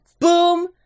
boom